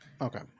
okay